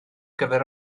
gyfer